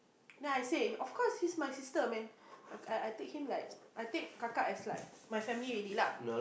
then I say of course she's my sister man I I take him like I take kaka as like my family already lah